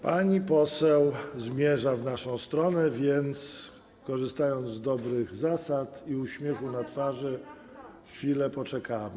Pani poseł zmierza w naszą stronę, więc korzystając z dobrych zasad i uśmiechu na twarzy, chwilę poczekamy.